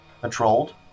patrolled